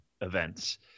events